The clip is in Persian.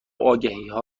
آگهیها